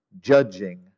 judging